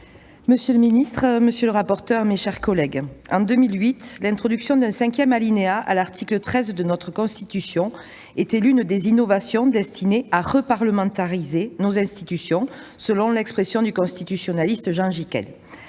Monsieur le président, monsieur le secrétaire d'État, mes chers collègues, en 2008, l'introduction d'un cinquième alinéa à l'article 13 de notre Constitution fut l'une des innovations destinées à « reparlementariser » nos institutions, selon l'expression du constitutionnaliste Jean Gicquel.